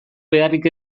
beharrik